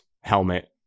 helmet